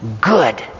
Good